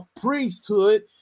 priesthood